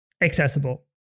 accessible